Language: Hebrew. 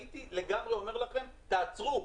הייתי לגמרי אומר לכם תעצרו,